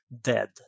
dead